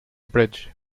bridge